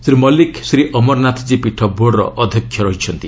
ଶ୍ରୀ ମଲ୍ଲିକ୍ ଶ୍ରୀଅମରନାଥକ୍ତୀ ପୀଠ ବୋର୍ଡ଼ର ଅଧ୍ୟକ୍ଷ ରହିଛନ୍ତି